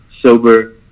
sober